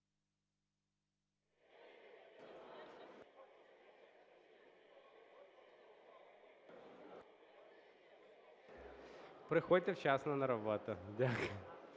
Приходьте вчасно на роботу, так.